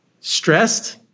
stressed